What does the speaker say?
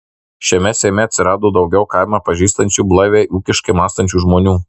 šiame seime atsirado daugiau kaimą pažįstančių blaiviai ūkiškai mąstančių žmonių